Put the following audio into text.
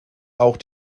auch